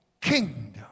kingdom